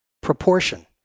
Proportion